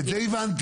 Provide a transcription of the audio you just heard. את זה הבנתי.